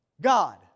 God